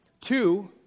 two